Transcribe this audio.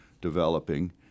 developing